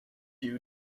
you